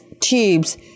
tubes